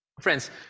Friends